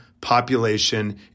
population